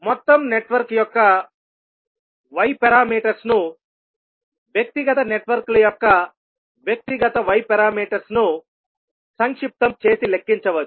మొత్తం నెట్వర్క్ యొక్క y parameters ను వ్యక్తిగత నెట్వర్క్ల యొక్క వ్యక్తిగత y పారామీటర్స్ ను సంక్షిప్తం చేసి లెక్కించవచ్చు